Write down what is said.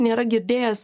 nėra girdėjęs